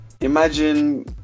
Imagine